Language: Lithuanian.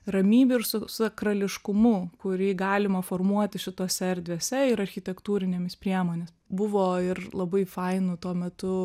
ramybe ir su sakrališkumu kurį galima formuoti šitose erdvėse ir architektūrinėmis priemonės buvo ir labai fainų tuo metu